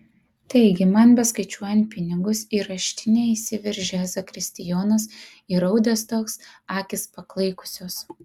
taigi man beskaičiuojant pinigus į raštinę įsiveržė zakristijonas įraudęs toks akys paklaikusios